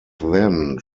then